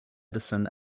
edison